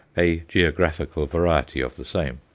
a geographical variety of the same.